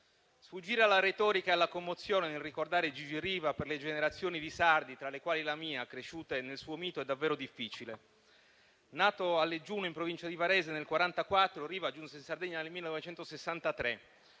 Sfuggire alla retorica e alla commozione nel ricordare Gigi Riva per le generazioni di sardi, tra le quali la mia, cresciute nel suo mito, è davvero difficile. Nato a Leggiuno, in provincia di Varese, nel 1944, Riva giunse in Sardegna nel 1963,